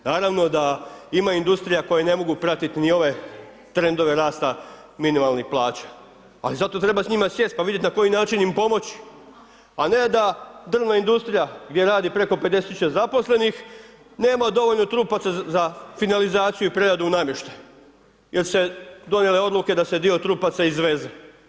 Naravno da imaju industrija koje ne mogu pratiti ni ove trendove rasta minimalnih plaća ali zato treba s njima sjest pa vidjet na koji način im pomoći a ne da državna industrija gdje radi preko 50 000 zaposlenih, nema dovoljno trupaca za finalizaciju i preradu namještaja jer se donijela odluka da se dio trupaca izveze.